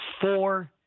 four